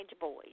boys